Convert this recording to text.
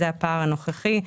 זה הפער הנוכחי.